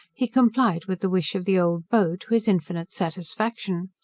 he complied with the wish of the old beau, to his infinite satisfaction.